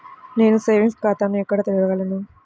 నేను సేవింగ్స్ ఖాతాను ఎక్కడ తెరవగలను?